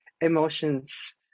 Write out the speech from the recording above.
emotions